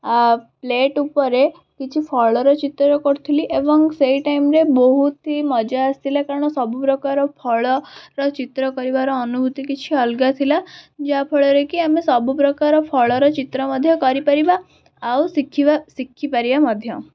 plate ଉପରେ କିଛି ଫଳର ଚିତ୍ର କରୁଥିଲି ଏବଂ ସେଇ ଟାଇମ୍ରେ ବହୁତ ହି ମଜା ଆସିଥିଲା କାରଣ ସବୁ ପ୍ରକାର ଫଳର ଚିତ୍ର କରିବାର ଅନୁଭୂତି କିଛି ଅଲଗା ଥିଲା ଯାହା ଫଳରେକି ଆମେ ସବୁ ପ୍ରକାର ଫଳର ଚିତ୍ର ମଧ୍ୟ କରି ପାରିବା ଆଉ ଶିଖିବା ଶିଖି ପାରିବା ମଧ୍ୟ